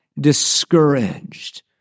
discouraged